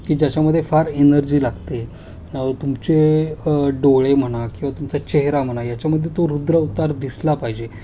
की ज्याच्यामध्ये फार एनर्जी लागते तुमचे डोळे म्हणा किंवा तुमचा चेहरा म्हणा याच्यामध्ये तो रुद्र अवतार दिसला पाहिजे